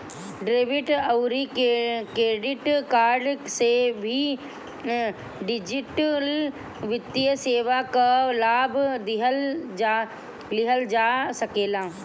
debit अउरी credit card से भी डिजिटल वित्तीय सेवा कअ लाभ लिहल जा सकेला